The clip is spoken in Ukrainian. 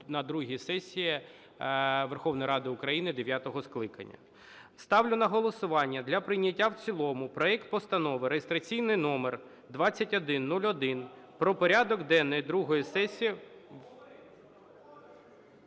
на другій сесії Верховної Ради України дев'ятого скликання. Ставлю на голосування для прийняття в цілому проект Постанови (реєстраційний номер 2101) про порядок денний другої сесії…